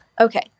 Okay